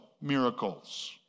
miracles